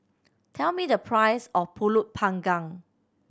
tell me the price of Pulut Panggang